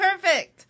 perfect